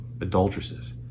Adulteresses